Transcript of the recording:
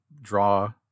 draw